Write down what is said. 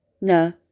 no